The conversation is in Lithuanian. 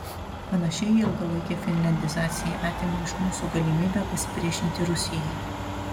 panašiai ilgalaikė finliandizacija atėmė iš mūsų galimybę pasipriešinti rusijai